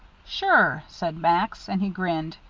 sure, said max, and he grinned.